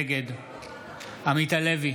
נגד עמית הלוי,